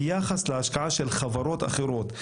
ביחס להשקעה של חברות אחרות,